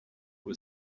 who